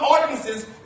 ordinances